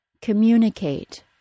Communicate